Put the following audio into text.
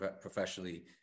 professionally